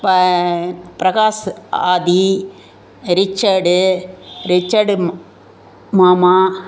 ப Prakash Adhi Richard Richard மாமா